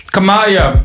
Kamaya